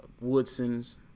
Woodson's